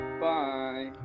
bye